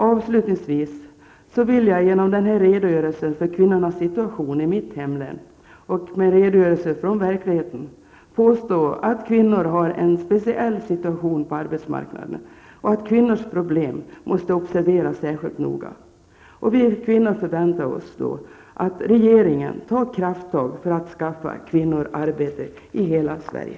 Avslutningsvis vill jag genom denna redogörelse för kvinnornas situation i mitt hemlän -- en redogörelse från verkligheten -- påstå att kvinnor har en speciell situation på arbetsmarknaden och att kvinnors problem måste observeras särskilt noga. Vi kvinnor förväntar oss att regeringen tar krafttag för att skaffa kvinnor arbete i hela Sverige.